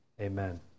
amen